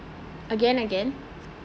again again